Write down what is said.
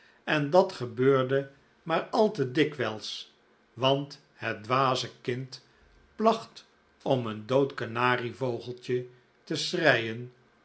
en dat gebeurde maar al te dikwijls want het dwaze kind placet om een dood kanarie vogeltje te schreien